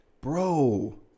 Bro